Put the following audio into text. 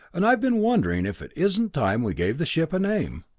and i've been wondering if it isn't time we gave the ship a name.